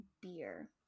beer